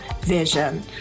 vision